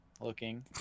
looking